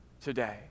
today